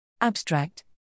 Abstract